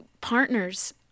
partners